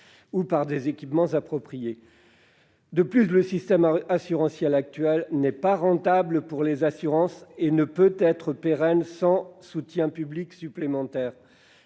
ou par des équipements appropriés. De plus, le système assurantiel actuel n'est pas rentable pour les assurances et ne peut être pérenne sans soutien public supplémentaire.